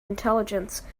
intelligence